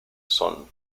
son